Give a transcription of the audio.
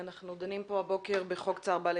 אנחנו דנים הבוקר בהצעת חוק צער בעלי